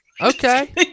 Okay